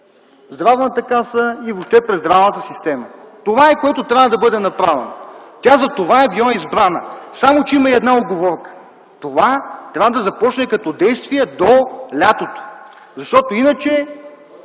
Здравната каса и въобще през здравната система. Това трябва да бъде направено! Тя затова е била избрана. Но има и една уговорка: това трябва да започне като действия до лятото, защото иначе